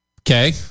Okay